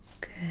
Good